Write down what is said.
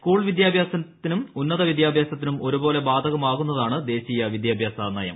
school വിദ്യാഭ്യാസത്തിനും ഉന്നത വിദ്യാഭ്യാസത്തിനും ഒരുപോലെ ബാധകമാകുന്നതാണ് ദേശീയ വിദ്യാഭ്യാസ നയം